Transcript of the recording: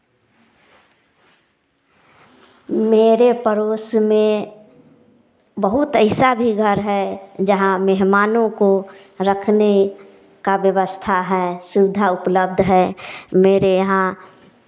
मेरे पड़ोस में बहुत ऐसा भी घर है जहाँ मेहमानों को रखने का व्यवस्था है सुविधा उपलब्ध है मेरे यहाँ